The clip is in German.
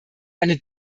eine